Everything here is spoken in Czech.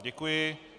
Děkuji.